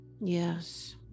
Yes